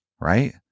Right